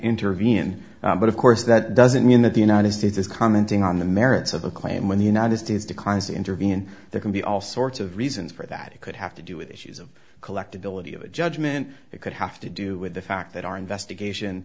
intervene but of course that doesn't mean that the united states is commenting on the merits of a claim when the united states declines to intervene there can be all sorts of reasons for that it could have to do with issues of collectability of a judgment it could have to do with the fact that our investigation